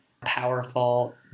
Powerful